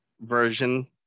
version